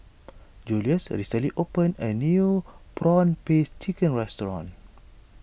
Julious recently opened a new Prawn Paste Chicken restaurant